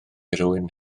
rhywun